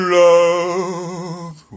love